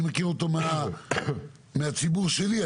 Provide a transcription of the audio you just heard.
אני מכיר אותו מהציבור שלי,